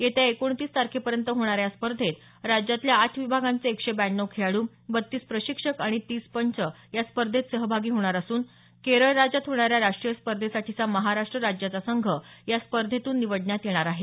येत्या एकोणतीस तारखेपर्यंत होणाऱ्या या स्पर्धेत राज्यातल्या आठ विभागांचे एकशे ब्याण्णव खेळाडू बत्तीस प्रशिक्षक आणि तीस पंच या स्पर्धेत सहभागी होणार असून केरळ राज्यात होणाऱ्या राष्ट्रीय स्पर्धेसाठीचा महाराष्ट्र राज्याचा संघ या स्पर्धेतून निवडण्यात येणार आहे